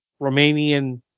Romanian